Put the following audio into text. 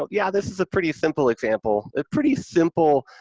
ah yeah, this is a pretty simple example, a pretty simple,